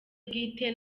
bwite